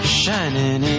shining